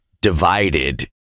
divided